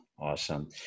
Awesome